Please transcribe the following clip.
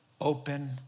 open